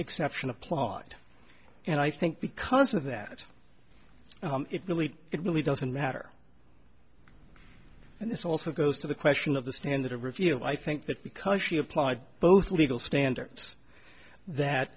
exception applied and i think because of that it really it really doesn't matter and this also goes to the question of the standard of review i think that because she applied both legal standards that